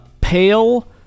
pale